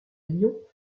lyon